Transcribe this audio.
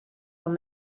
when